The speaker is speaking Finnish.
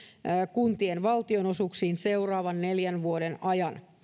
kuntien valtionosuuksiin seuraavan neljän vuoden ajan